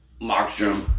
Markstrom